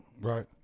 Right